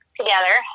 together